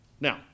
Now